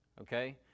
Okay